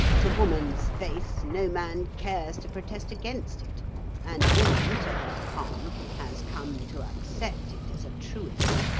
to woman's face no man cares to protest against it and woman, to her harm, has come to accept it as a truism.